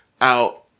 out